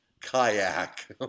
kayak